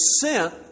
sent